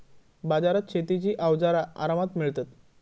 बाजारात शेतीची अवजारा आरामात मिळतत